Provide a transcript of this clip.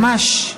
ממש.